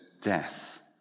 death